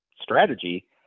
strategy